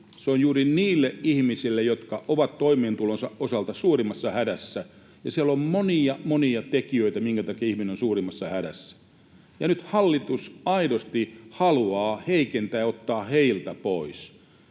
Se on juuri niille ihmisille, jotka ovat toimeentulonsa osalta suurimmassa hädässä, ja siellä on monia, monia tekijöitä, minkä takia ihminen on suurimmassa hädässä. Nyt hallitus aidosti haluaa heikentää ja ottaa heiltä pois.